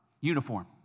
uniform